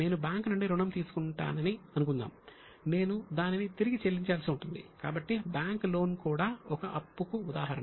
నేను బ్యాంకు నుండి రుణం తీసుకుంటానని అనుకుందాం నేను దానిని తిరిగి చెల్లించాల్సి ఉంటుంది కాబట్టి బ్యాంక్ లోన్ కూడా ఒక అప్పుకు ఉదాహరణ